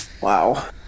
Wow